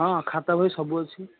ହଁ ଖାତା ବହି ସବୁ ଅଛି